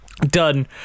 done